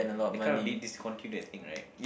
they kind of they discontinued that thing right